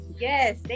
yes